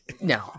No